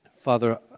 Father